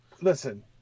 Listen